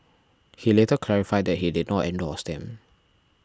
he later clarified that he did not endorse them